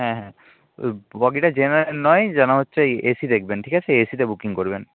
হ্যাঁ হ্যাঁ ওই বগিটা জেনারেল নয় যেন হচ্ছে এসি দেখবেন ঠিক আছে এসিতে বুকিং করবেন